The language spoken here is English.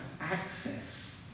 access